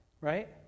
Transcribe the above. right